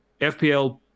FPL